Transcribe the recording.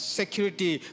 security